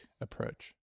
approach